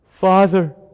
Father